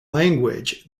language